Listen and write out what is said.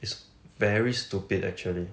it's very stupid actually